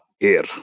air